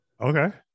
Okay